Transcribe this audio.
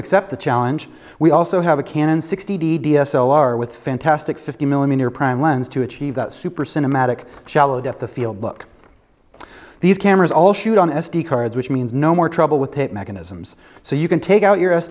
accept the challenge we also have a canon sixty d d s l r with fantastic fifty millimeter prime lens to achieve super cinematic shallow depth of field look these cameras all shoot on s d cards which means no more trouble with tape mechanisms so you can take out your s